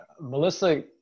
Melissa